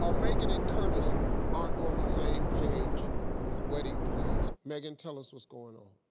ah megan and curtis aren't on the same page with wedding plans. megan, tell us what's going on.